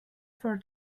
for